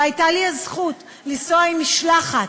והייתה לי הזכות לנסוע עם משלחת,